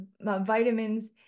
vitamins